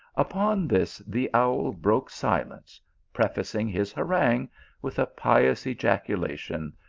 upon this the owl broke silence prefacing his harangue with a pious ejaculation,